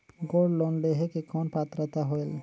Gold loan लेहे के कौन पात्रता होएल?